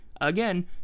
again